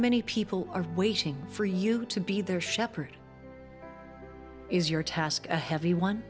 many people are waiting for you to be their shepherd is your task a heavy one